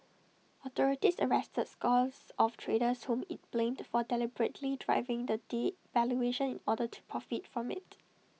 authorities arrested scores of traders whom IT blamed for deliberately driving the devaluation in order to profit from IT